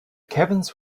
caverns